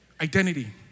identity